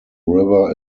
river